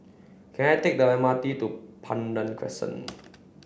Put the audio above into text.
can I take the M R T to Pandan Crescent